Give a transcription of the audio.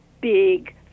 big